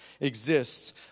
exists